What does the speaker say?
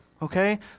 Okay